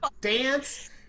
dance